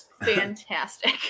fantastic